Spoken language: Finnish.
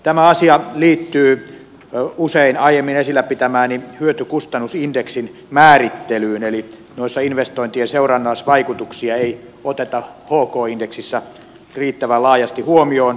tämä asia liittyy usein aiemmin esillä pitämääni hyötykustannus indeksin määrittelyyn eli noissa investointien seurannaisvaikutuksia ei oteta hk indeksissä riittävän laajasti huomioon